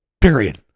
Period